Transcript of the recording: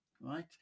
Right